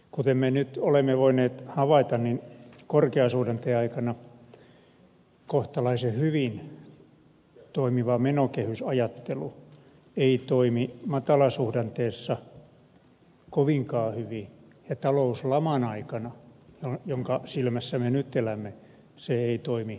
kuten me nyt olemme voineet havaita korkeasuhdanteen aikana kohtalaisen hyvin toimiva menokehysajattelu ei toimi matalasuhdanteessa kovinkaan hyvin ja talouslaman aikana jonka silmässä me nyt elämme se ei toimi lainkaan